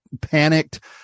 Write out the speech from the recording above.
panicked